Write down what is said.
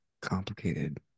complicated